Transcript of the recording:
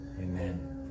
Amen